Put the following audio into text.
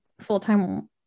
full-time